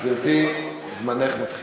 גברתי, זמנך מתחיל.